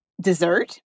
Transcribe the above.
dessert